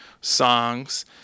songs